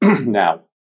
Now